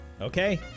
okay